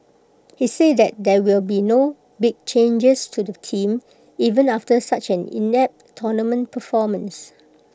he said that there will be no big changes to the team even after such an inept tournament performance